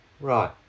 Right